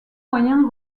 moyen